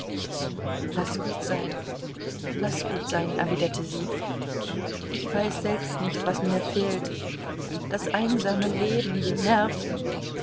laß gut sein laß gut sein erwiderte sie ich weiß selbst nicht was mir fehlt das einsame leben die nerven